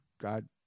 God